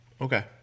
Okay